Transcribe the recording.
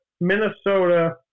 Minnesota